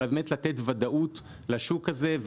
אלא באמת לתת ודאות לשוק הזה,